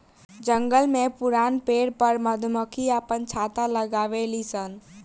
जंगल में पुरान पेड़ पर मधुमक्खी आपन छत्ता लगावे लिसन